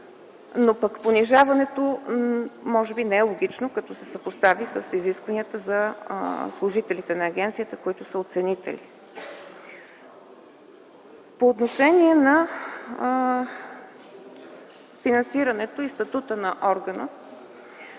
Но пък понижаването може би не е логично, като се съпостави с изискванията за служителите на агенцията, които са оценители. По отношение на финансирането и статута на органа.